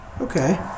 Okay